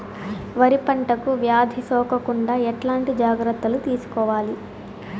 వరి పంటకు వ్యాధి సోకకుండా ఎట్లాంటి జాగ్రత్తలు తీసుకోవాలి?